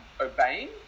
obeying